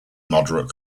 moderate